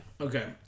Okay